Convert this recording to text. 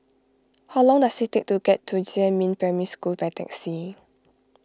how long does it take to get to Jiemin Primary School by taxi